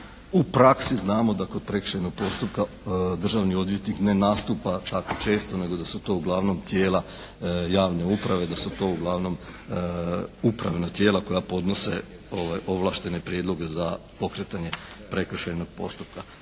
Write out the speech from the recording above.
u praksi znamo da kod prekršajnog postupka državni odvjetnik ne nastupa tako često nego da su to uglavnom tijela javne uprave, da su to uglavnom upravna tijela koja podnose ovlaštene prijedloge za pokretanje prekršajnog postupka.